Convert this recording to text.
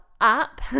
up